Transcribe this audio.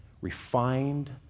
refined